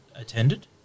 attended